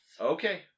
Okay